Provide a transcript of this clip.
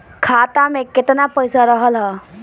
खाता में केतना पइसा रहल ह?